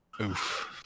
Oof